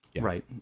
Right